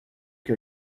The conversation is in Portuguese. que